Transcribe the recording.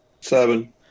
Seven